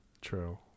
True